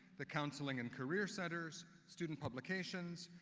the counseling and career centers, student publications,